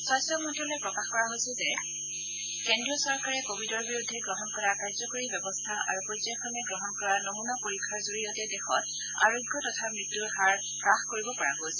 স্বাস্থ্য মন্তালয়ত প্ৰকাশ কৰা হৈছে যে কেন্দ্ৰীয় চৰকাৰে কোৱিডৰ বিৰুদ্ধে গ্ৰহণ কৰা কাৰ্যকৰী ব্যৱস্থা আৰু পৰ্যায়ক্ৰমে গ্ৰহণ কৰা নমুনা পৰীক্ষাৰ জৰিয়তে দেশত আৰোগ্য তথা মৃত্যূৰ হাৰ হ্ৰাস কৰিব পৰা গৈছে